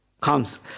comes